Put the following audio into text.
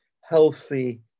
healthy